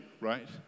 right